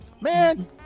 Man